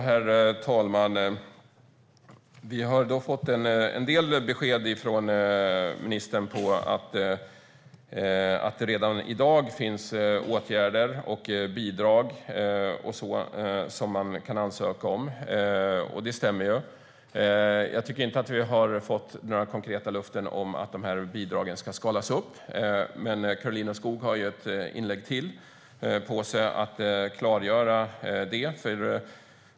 Herr talman! Vi har fått en del besked från ministern om att det redan i dag finns åtgärder, bidrag och sådant som man kan ansöka om, och det stämmer ju. Jag tycker inte att vi har fått några konkreta löften om att dessa bidrag ska skalas upp, men Karolina Skog har ju ett inlägg till på sig att klargöra det.